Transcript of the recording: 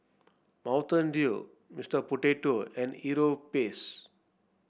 Mountain Dew Mister Potato and Europace